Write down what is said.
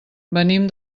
venim